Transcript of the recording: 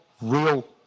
real